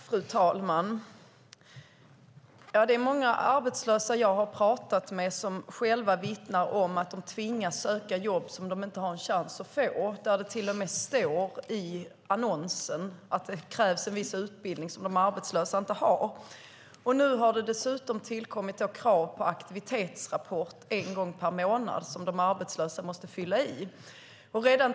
Fru talman! Många arbetslösa som jag har pratat med vittnar själva om att de tvingas söka jobb som de inte har en chans att få och där det till och med står i annonsen att det krävs en viss utbildning som de arbetslösa inte har. Nu har det tillkommit krav på aktivitetsrapport en gång per månad som de arbetslösa måste fylla i.